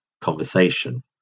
conversation